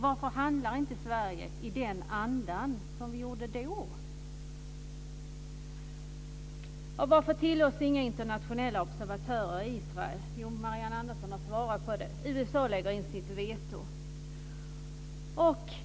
Varför handlar inte Sverige i samma anda som vi gjorde då? Varför tillåts inga internationella observatörer i Israel? Marianne Andersson har svarat på det. Det är för att USA lägger in sitt veto.